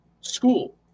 school